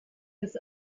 des